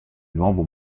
nuovo